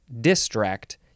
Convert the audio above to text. distract